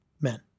men